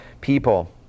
people